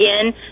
again